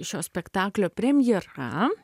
šio spektaklio premjera